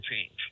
change